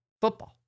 football